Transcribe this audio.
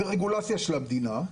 ברגולציה של המדינה,